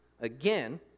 again